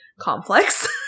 complex